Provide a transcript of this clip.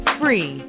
free